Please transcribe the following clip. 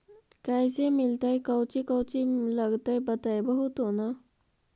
कैसे मिलतय कौची कौची लगतय बतैबहू तो न?